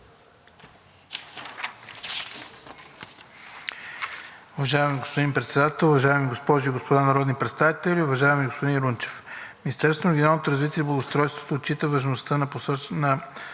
Уважаеми господин Председател, уважаеми госпожи и господа народни представители! Уважаеми господин Рунчев, Министерството на регионалното развитие и благоустройството отчита важността на посочената